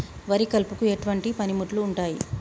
వరి కలుపుకు ఎటువంటి పనిముట్లు ఉంటాయి?